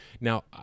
Now